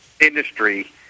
industry